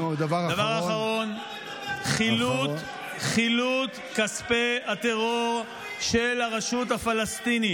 דבר אחרון, חילוט כספי הטרור של הרשות הפלסטינית.